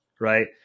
right